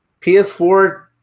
ps4